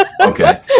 Okay